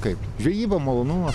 kaip žvejyba malonumas